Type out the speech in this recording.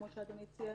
כמו שאדוני ציין,